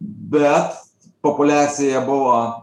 bet populiacija buvo